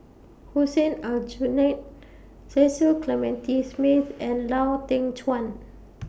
Hussein Aljunied Cecil Clementi Smith and Lau Teng Chuan